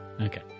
Okay